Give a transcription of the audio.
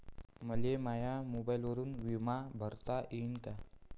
मले माया मोबाईलवरून बिमा भरता येईन का?